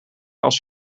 als